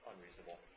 unreasonable